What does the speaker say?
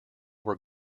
were